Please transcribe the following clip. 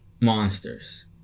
monsters